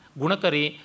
gunakari